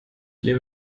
lebe